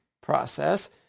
process